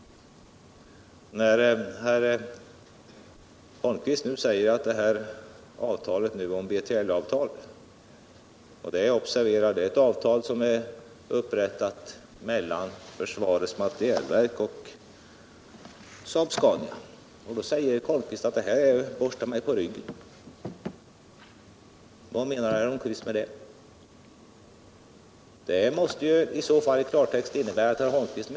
Om B3LA-avtalet, som —- märk väl — är upprättat mellan försvarets materielverk och Saab-Scania, säger Eric Holmqvist att detta påminner om "Borsta mig på ryggen”. Vad menar herr Holmqvist med det? Det måste väl i klartext innebära att Eric Holmqvist.